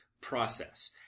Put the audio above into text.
process